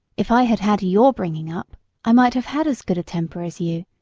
if i had had your bringing up i might have had as good a temper as you,